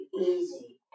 easy